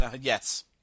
Yes